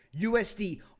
USD